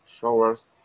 showers